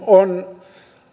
on